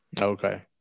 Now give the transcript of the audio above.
Okay